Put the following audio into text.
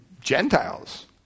Gentiles